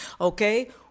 okay